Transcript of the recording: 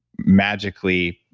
magically,